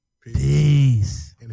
Peace